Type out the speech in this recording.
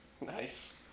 Nice